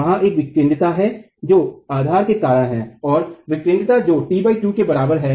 वहाँ एक विकेंद्रिता है जो आधार के कारण है और विकेंद्रिता जो t 2 के बराबर है